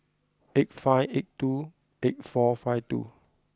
eight five eight two eight four five two